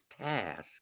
task